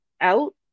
out